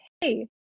hey